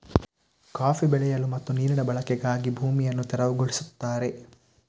coffee ಬೆಳೆಯಲು ಮತ್ತು ನೀರಿನ ಬಳಕೆಗಾಗಿ ಭೂಮಿಯನ್ನು ತೆರವುಗೊಳಿಸುತ್ತಾರೆ